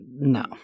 No